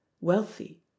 wealthy